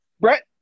Brett